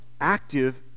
active